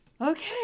Okay